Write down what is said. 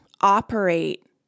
operate